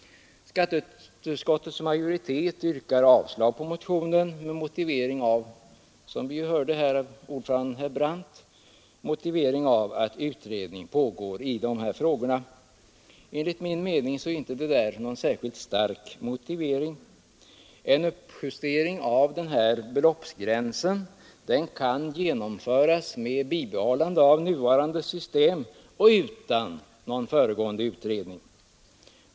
Skatteutskottets majoritet yrkar avslag på motionen med motiveringen att — såsom vi hörde av ordföranden herr Brandt — utredning pågår i dessa frågor. Enligt min mening är detta inte någon särskilt stark motivering. En uppjustering av beloppsgränsen kan genomföras med bibehållande av nuvarande system och utan någon föregående utredning.